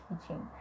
teaching